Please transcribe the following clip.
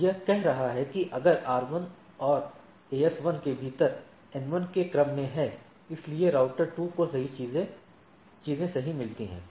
यह कह रहा है कि आर 1 और एएस 1 के भीतर एन 1 के क्रम में है इसलिए राउटर 2 को चीजें सही मिलती हैं